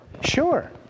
Sure